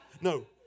No